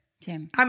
Tim